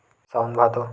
सावन भादो